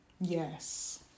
yes